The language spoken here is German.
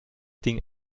ding